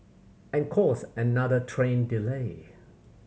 and cause another train delay